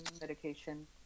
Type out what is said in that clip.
medication